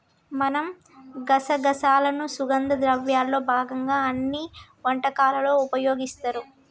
మనం గసగసాలను సుగంధ ద్రవ్యాల్లో భాగంగా అన్ని వంటకాలలో ఉపయోగిస్తారు